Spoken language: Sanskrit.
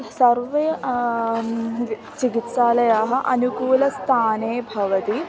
सर्वाः चिकित्सालयाः अनुकूलस्थाने भवन्ति